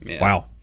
Wow